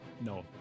No